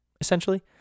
essentially